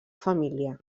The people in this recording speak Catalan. família